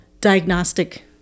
diagnostic